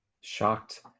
Shocked